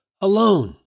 alone